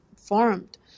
formed